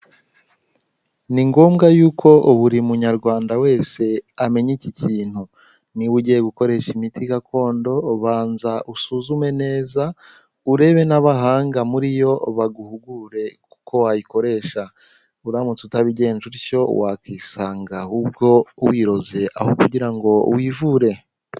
Ni ngombwa yuko buri munyarwanda wese amenya iki kintu, niba ugiye gukoresha imiti gakondo banza usuzume neza, urebe n'abahanga muri yo baguhugure uko wayikoresha, uramutse utabigenje utyo wakisanga ahubwo wiroze, aho kugira ngo wivure.